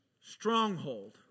stronghold